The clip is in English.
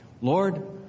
Lord